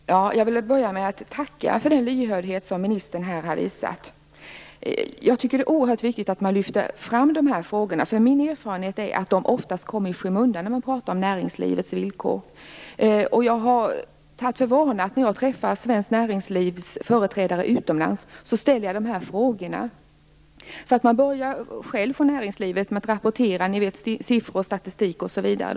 Fru talman! Jag vill börja med att tacka för den lyhördhet som ministern har visat. Det är oerhört viktigt att man lyfter fram de här frågorna. Min erfarenhet är nämligen att de oftast kommer i skymundan när man pratar om näringslivets villkor. Jag har tagit för vana att ställa de här frågorna när jag träffar svenskt näringslivs företrädare utomlands. Från näringslivet börjar man med att rapportera siffror, statistik osv.